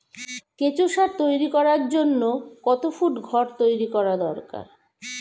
কেঁচো সার তৈরি করার জন্য কত ফুট ঘর তৈরি করা দরকার?